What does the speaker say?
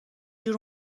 جور